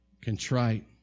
contrite